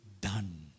done